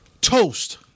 toast